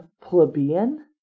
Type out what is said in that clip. plebeian